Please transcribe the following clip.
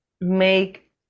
make